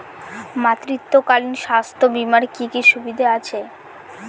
মাতৃত্বকালীন স্বাস্থ্য বীমার কি কি সুবিধে আছে?